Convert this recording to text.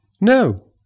No